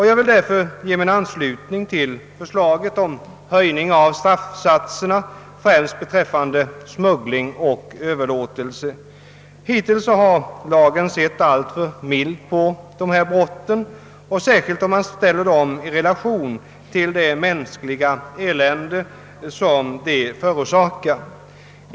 Jag vill därför ansluta mig till förslaget om höjning av straffsatserna, främst beträffande smuggling och överlåtelse. Hittills har straffen för dessa brott varit alltför milda, särskilt om man ställer dem i relation till det mänskliga elände som de förorsakar.